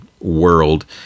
world